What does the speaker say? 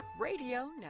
Radio